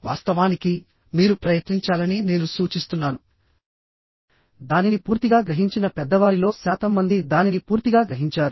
వాస్తవానికి మీరు ప్రయత్నించాలని నేను సూచిస్తున్నాను దానిని పూర్తిగా గ్రహించిన పెద్దవారిలో శాతం మంది దానిని పూర్తిగా గ్రహించారు